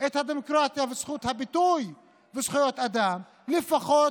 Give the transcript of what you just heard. את הדמוקרטיה וזכות הביטוי וזכויות אדם לפחות